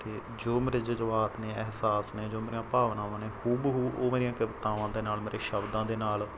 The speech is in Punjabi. ਅਤੇ ਜੋ ਮੇਰੇ ਜਜ਼ਬਾਤ ਨੇ ਅਹਿਸਾਸ ਨੇ ਜੋ ਮੇਰੀਆਂ ਭਾਵਨਾਵਾਂ ਨੇ ਹੂ ਬ ਹੂ ਉਹ ਮੇਰੀਆਂ ਕਵਿਤਾਵਾਂ ਦੇ ਨਾਲ ਮੇਰੇ ਸ਼ਬਦਾਂ ਦੇ ਨਾਲ